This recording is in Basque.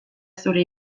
zure